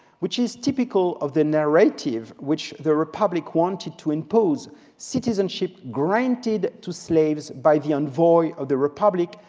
which is typical of the narrative which the republic wanted to impose citizenship granted to slaves by the envoy of the republic.